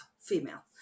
female